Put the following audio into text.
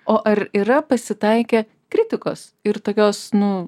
o ar yra pasitaikę kritikos ir tokios nu